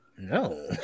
no